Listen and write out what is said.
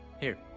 here,